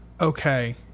okay